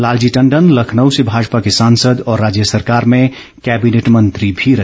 लालजी टंडन लखनऊ से भाजपा के सांसद और राज्य संरकार में कैबिनेट मंत्री भी रहे